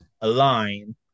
align